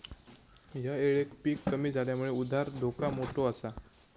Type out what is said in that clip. ह्या येळेक पीक कमी इल्यामुळे उधार धोका मोठो आसा